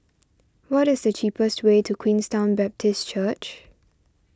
what is the cheapest way to Queenstown Baptist Church